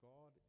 God